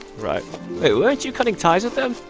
right wait, weren't you cutting ties with them?